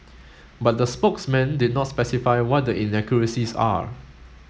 but the spokesman did not specify what the inaccuracies are